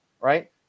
right